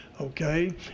okay